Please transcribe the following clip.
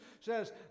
says